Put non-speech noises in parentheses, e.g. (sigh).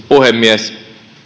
(unintelligible) puhemies